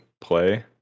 play